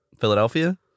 Philadelphia